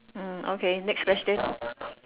hmm okay next question